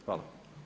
Hvala.